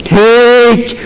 take